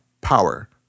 power